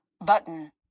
button